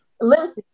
Listen